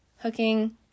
hooking